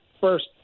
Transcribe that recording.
first